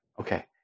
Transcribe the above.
okay